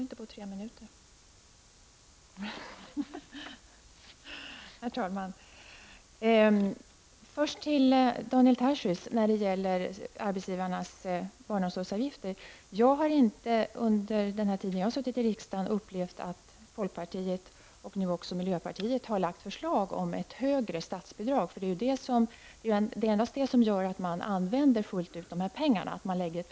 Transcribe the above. Herr talman! Först till Daniel Tarschys om arbetsgivarnas barnomsorgsavgifter. Jag har inte under den tid jag har suttit i riksdagen upplevt att folkpartiet, och nu också miljöpartiet, har lagt förslag om ett högre statsbidrag. Det är endast det som gör att man använder pengarna fullt ut.